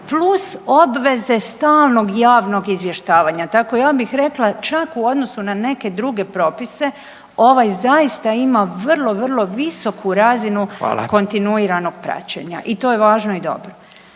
plus obveze stalnog javnog izvještavanja. Tako, ja bih rekla, čak u odnosu na neke druge propise, ovaj zaista ima vrlo, vrlo visoku razinu .../Upadica: Hvala./... kontinuiranog praćenja i to je važno i dobro.